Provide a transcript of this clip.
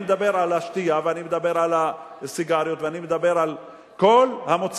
אני מדבר על השתייה ואני מדבר על הסיגריות ואני מדבר על כל המוצרים,